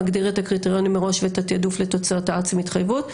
מגדיר את הקריטריונים מראש ואת התיעדוף לתוצרת הארץ עם התחייבות.